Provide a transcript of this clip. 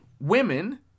women